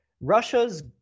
Russia's